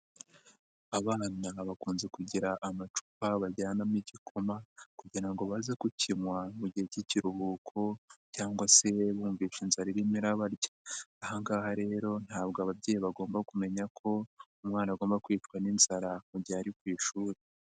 Abana bakunze kugira amacupa bajyanamo igikoma kugira ngo baze kukinywa mu gihe k'ikiruhuko cyangwa se bumvishe inzara irimo irabarya, aha ngaha rero ntabwo ababyeyi bagomba kumenya ko umwana agomba kwicwa n'inzara mu gihe ari ku ishuri.